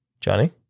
Johnny